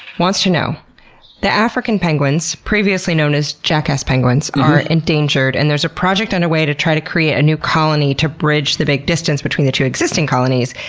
wants to know the african penguins, previously known as jackass penguins, are endangered and there's a project underway to try to create a new colony to bridge the big distance between the two existing colonies.